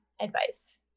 advice